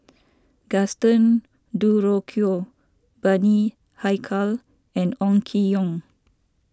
Gaston Dutronquoy Bani Haykal and Ong Keng Yong